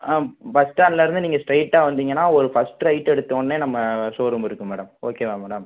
ஆ bus ஸ்டாண்ட்லேருந்து நீங்கள் ஸ்டெய்ட்டாக வந்தீங்கனா ஒரு ஃபஸ்ட் ரைட் எடுத்தோன்னே நம்ம ஷோரூம் இருக்குது மேடம் ஓகேவா மேடம்